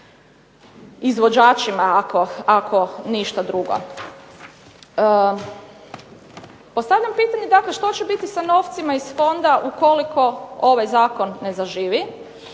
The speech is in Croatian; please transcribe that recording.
izvođačima ako ništa drugo. Postavljam pitanje dakle što će biti sa novcima iz fonda ukoliko ovaj zakon ne zaživi?